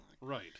Right